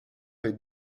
est